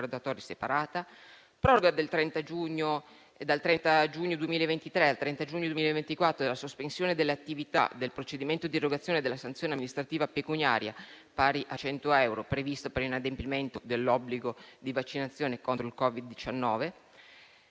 proroga, dal 30 giugno 2023 al 30 giugno 2024, della sospensione delle attività del procedimento di erogazione della sanzione amministrativa pecuniaria, pari a 100 euro, prevista per l'inadempimento dell'obbligo di vaccinazione contro il Covid-19.